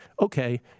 okay